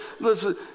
listen